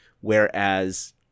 Whereas